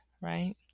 right